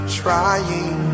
trying